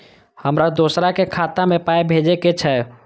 हमरा दोसराक खाता मे पाय भेजे के छै?